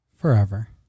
forever